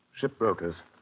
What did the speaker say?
shipbrokers